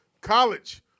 college